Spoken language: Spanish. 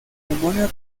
demonio